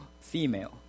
female